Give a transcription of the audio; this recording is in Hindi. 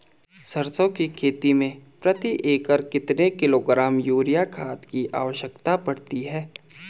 सरसों की खेती में प्रति एकड़ कितने किलोग्राम यूरिया खाद की आवश्यकता पड़ती है?